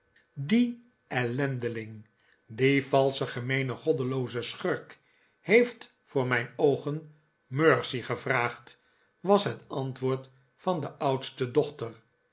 die ellendeling die valsche gemeene goddelooze schurk heeft voor mijn oogen mercy gevraagd was het antwoord van de oudste dochter